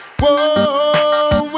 whoa